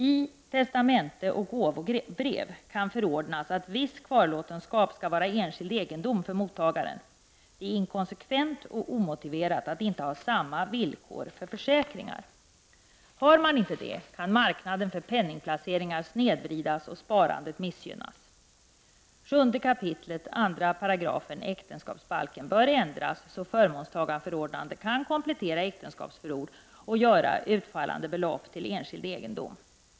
I testamente och gåvobrev kan förordnas att viss kvarlåtenskap skall vara enskild egendom för mottagaren. Det är inkonsekvent och omotiverat att inte ha samma villkor för försäkringar. Har man inte det kan marknaden för penningplaceringar snedvridas och sparande missgynnas. 7 kap. 2§ äktenskapsbalken bör ändras så att förmånstagarförordnande kan komplettera äktenskapsförord och göra utfallande belopp till enskild egendom.